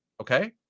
okay